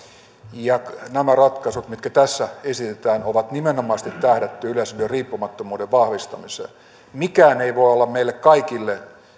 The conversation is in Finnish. ja nämä ratkaisut mitkä tässä esitetään on nimenomaisesti tähdätty yleisradion riippumattomuuden vahvistamiseen mikään ei voi olla meille kaikille